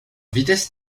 vitesse